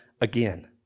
again